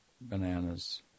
bananas